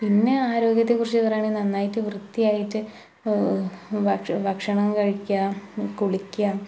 പിന്നെ ആരോഗ്യത്തെക്കുറിച്ച് പറയുകയാണേ നന്നായിട്ട് വൃത്തിയായിട്ട് ഭക്ഷ് ഭക്ഷണം കഴിക്കുക കുളിക്കുക